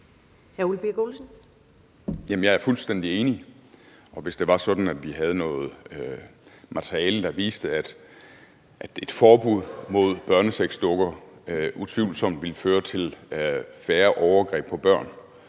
Jeg er fuldstændig enig. Og hvis det var sådan, at vi havde materiale, der viste, at et forbud mod børnesexdukker utvivlsomt ville føre til færre overgreb på børn,